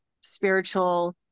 spiritual